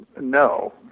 no